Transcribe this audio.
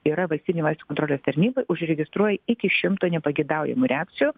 yra valstybinė vaistų kontrolės tarnyba užregistruoja iki šimto nepageidaujamų reakcijų